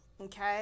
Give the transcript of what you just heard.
okay